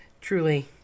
truly